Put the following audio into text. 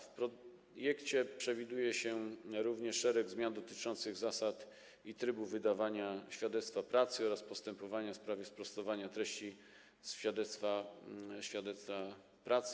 W projekcie przewiduje się również szereg zmian dotyczących zasad i trybu wydawania świadectwa pracy oraz postępowania w sprawie sprostowania treści świadectwa pracy.